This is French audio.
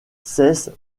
cesse